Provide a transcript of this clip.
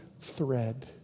thread